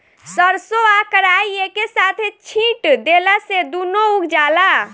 सरसों आ कराई एके साथे छींट देला से दूनो उग जाला